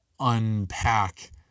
Unpack